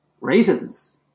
Raisins